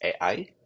AI